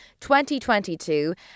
2022